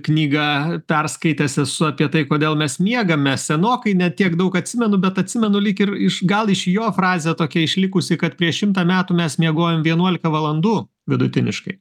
knygą perskaitęs esu apie tai kodėl mes miegame senokai ne tiek daug atsimenu bet atsimenu lyg ir iš gal iš jo frazė tokia išlikusi kad prieš šimtą metų mes miegojom vienuolika valandų vidutiniškai